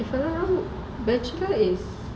if I'm not wrong bachelor is